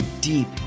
deep